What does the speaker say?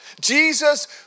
Jesus